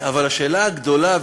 אבל השאלה הגדולה,